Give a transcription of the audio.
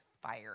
Fire